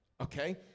Okay